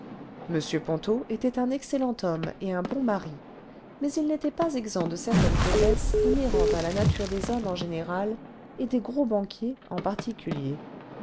m ponto était un excellent homme et un bon mari mais il n'était pas exempt de certaines faiblesses inhérentes à la nature des hommes en général et des gros banquiers en particulier